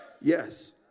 Yes